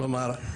כלומר,